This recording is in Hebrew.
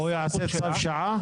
הוא יעשה כל שעה?